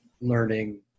learning